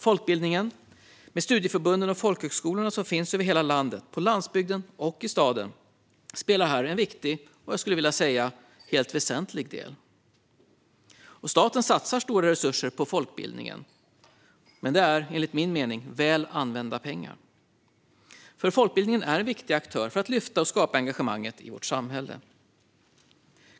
Folkbildningen med studieförbunden och folkhögskolorna som finns över hela landet, på landsbygden och i staden, spelar här en viktig - jag skulle vilja säga helt väsentlig - roll. Staten satsar stora resurser på folkbildningen. Det är enligt min mening väl använda pengar, för folkbildningen är en viktig aktör för att lyfta och skapa engagemang i vårt samhälle.